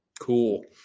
Cool